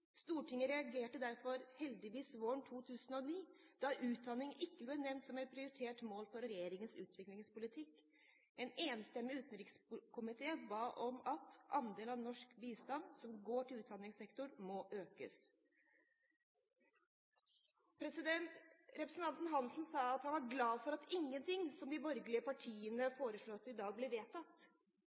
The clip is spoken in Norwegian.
Stortinget reagerte derfor heldigvis våren 2009 da utdanning ikke ble nevnt som et prioritert mål for regjeringens utviklingspolitikk. En enstemmig utenrikskomité ba om at «andelen av norsk bistand som går til utdanningssektoren må økes».» Representanten Hansen sa at han var glad for at ingenting de borgerlige partiene har foreslått i dag, blir vedtatt.